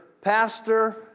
pastor